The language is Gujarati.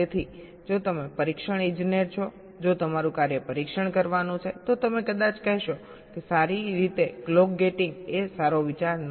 તેથી જો તમે પરીક્ષણ ઇજનેર છો જો તમારું કાર્ય પરીક્ષણ કરવાનું છે તો તમે કદાચ કહેશો કે સારી રીતે ક્લોક ગેટિંગ એ સારો વિચાર નથી